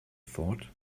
thought